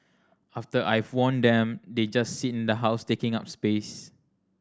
after I've worn them they just sit in the house taking up space